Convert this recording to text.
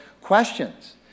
questions